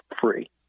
free